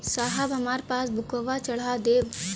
साहब हमार पासबुकवा चढ़ा देब?